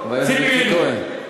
זו ציפי לבני,